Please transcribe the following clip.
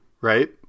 Right